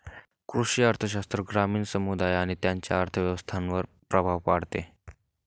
कृषी अर्थशास्त्र ग्रामीण समुदाय आणि त्यांच्या अर्थव्यवस्थांवर प्रभाव पाडते